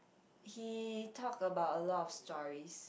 he talk about a lot of stories